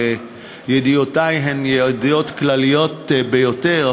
וידיעותי הן ידיעות כלליות ביותר,